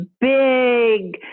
big